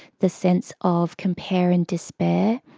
the sense of compare and despair,